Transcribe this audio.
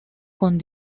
con